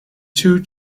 two